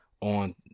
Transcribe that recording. on